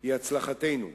היא הצלחתנו,